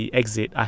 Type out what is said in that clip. exit